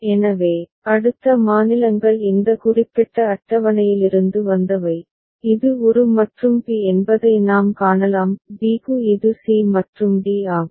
எனவே அடுத்த மாநிலங்கள் இந்த குறிப்பிட்ட அட்டவணையிலிருந்து வந்தவை இது ஒரு மற்றும் பி என்பதை நாம் காணலாம் b க்கு இது c மற்றும் d ஆகும்